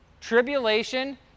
Tribulation